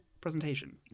presentation